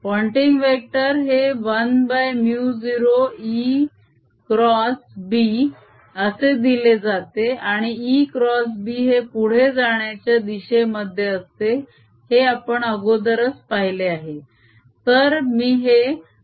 Poynting vector हे 1μ0 e cross b असे दिले जाते आणि e क्रॉस b हे पुढे जाण्याच्या दिशेमध्ये असते हे आपण अगोदरच पाहिले आहे